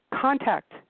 contact